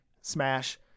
smash